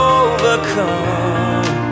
overcome